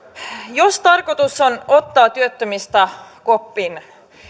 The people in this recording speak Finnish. jos tarkoitus on ottaa työttömistä koppi